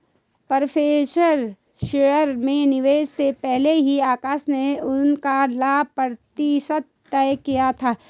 preference shares में निवेश से पहले ही आकाश ने उसका लाभ प्रतिशत तय किया था